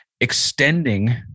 extending